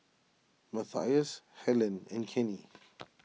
Matthias Helyn and Kenny